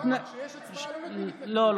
לא.